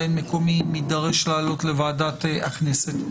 את מקומי אם אדרש לעלות לוועדת הכנסת.